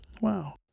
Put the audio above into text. Wow